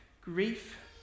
grief